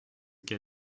qu’a